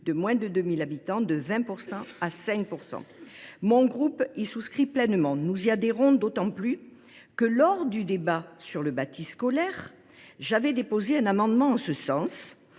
de moins de 2 000 habitants de 20 % à 5 %. Mon groupe y souscrit pleinement. Nous y adhérons d’autant plus que, lors du débat sur le bâti scolaire, j’avais déposé un amendement en ce sens,